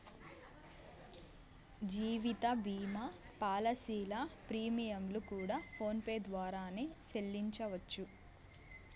జీవిత భీమా పాలసీల ప్రీమియంలు కూడా ఫోన్ పే ద్వారానే సెల్లించవచ్చు